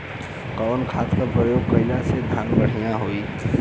कवन खाद के पयोग से धान बढ़िया होई?